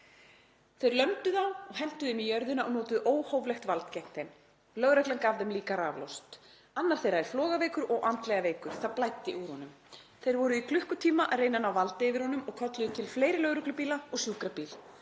Þeir lömdu þá og hentu þeim í jörðina og notuðu óhóflegt vald gegnt þeim. Lögreglan gaf þeim líka raflost. Annar þeirra er flogaveikur og andlega veikur. Það blæddi úr honum. Þeir voru í klukkutíma að reyna að ná valdi yfir honum og kölluðu til fleiri lögreglubíla og sjúkrabíl.